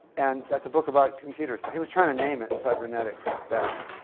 and that's a book about computers. he was trying to name it cybernetics, back then.